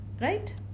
right